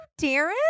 Darren